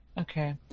Okay